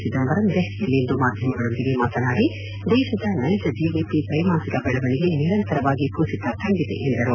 ಚಿದಂಬರಂ ದೆಹಲಿಯಲ್ಲಿಂದು ಮಾಧ್ಯಮಗಳೊಂದಿಗೆ ಮಾತನಾಡಿ ದೇಶದ ನೈಜ ಜಿಡಿಪಿ ತ್ರ್ನೆಮಾಸಿಕ ಬೆಳವಣೆಗೆ ನಿರಂತರವಾಗಿ ಕುಸಿತ ಕಂಡಿದೆ ಎಂದರು